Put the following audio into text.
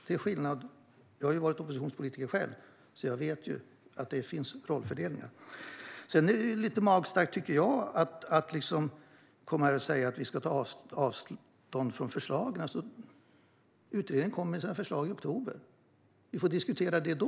Det är skillnaden. Jag har varit oppositionspolitiker själv, så jag vet att det finns rollfördelningar. Sedan tycker jag att det är lite magstarkt att komma här och säga att vi ska ta avstånd från förslagen. Utredningen kommer med sina förslag i oktober - vi får diskutera det då.